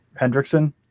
hendrickson